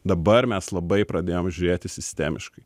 dabar mes labai pradėjom žiūrėti sistemiškai